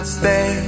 stay